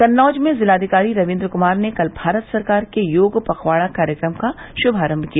कन्नौज में जिलाधिकारी रवीन्द्र कुमार ने कल भारत सरकार के योग पखवाड़ा कार्यक्रम का श्भारम्भ किया